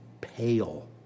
pale